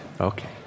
Okay